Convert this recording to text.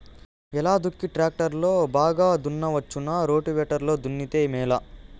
ఎలా దుక్కి టాక్టర్ లో బాగా దున్నవచ్చునా రోటివేటర్ లో దున్నితే మేలా?